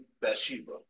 Bathsheba